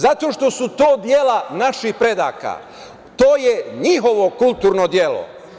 Zato što su to dela naših predaka to je njihovo kulturno delo.